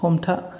हमथा